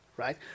Right